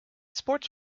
sport